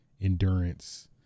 endurance